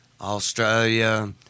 Australia